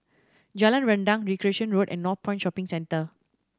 Jalan Rendang Recreation Road and Northpoint Shopping Centre